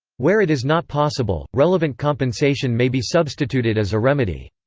where it is not possible, relevant compensation may be substituted as a remedy.